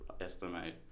estimate